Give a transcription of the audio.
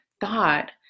thought